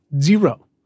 zero